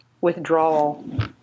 withdrawal